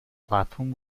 platform